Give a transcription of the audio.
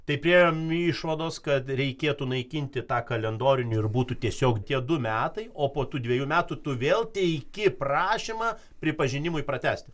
tai priėjom išvados kad reikėtų naikinti tą kalendorinį ir būtų tiesiog tie du metai o po tų dvejų metų tu vėl teiki prašymą pripažinimui pratęsti